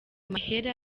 mahera